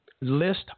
list